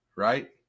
Right